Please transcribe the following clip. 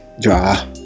draw